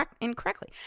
incorrectly